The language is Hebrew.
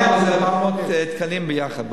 כן, אבל זה 400 תקנים ביחד.